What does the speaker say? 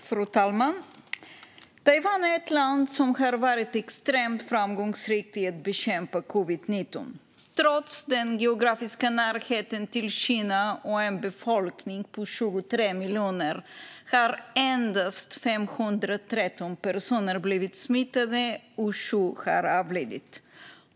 Fru talman! Taiwan är ett land som har varit extremt framgångsrikt i att bekämpa covid-19. Trots den geografiska närheten till Kina och en befolkning på 23 miljoner har endast 513 personer blivit smittade, och 7 har avlidit.